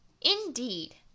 Indeed